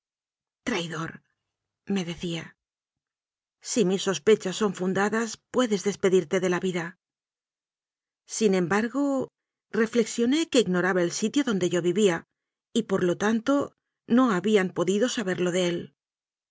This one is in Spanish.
traidor me decía si mis sospechas son fundadas puedes des dedirte de la vida sin embargo reflexioné que ignoraba el sitio donde yo vivía y por lo tanto no habían podido saberlo de él